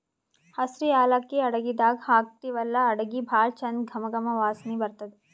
ಹಸ್ರ್ ಯಾಲಕ್ಕಿ ಅಡಗಿದಾಗ್ ಹಾಕ್ತಿವಲ್ಲಾ ಅಡಗಿ ಭಾಳ್ ಚಂದ್ ಘಮ ಘಮ ವಾಸನಿ ಬರ್ತದ್